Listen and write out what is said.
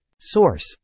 Source